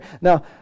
Now